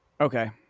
Okay